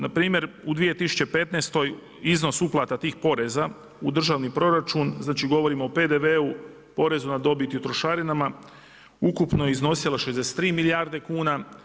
Na primjer u 2015. iznos uplata tih poreza u državni proračun, znači govorimo o PDV-u, porezu na dobit i trošarinama ukupno iznosila 63 milijarde kuna.